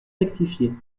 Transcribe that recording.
rectifié